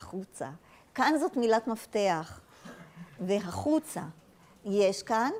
החוצה. כאן זאת מילת מפתח. והחוצה יש כאן.